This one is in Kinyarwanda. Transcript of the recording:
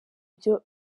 ibyo